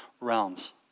realms